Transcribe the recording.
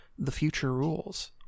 TheFutureRules